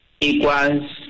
equals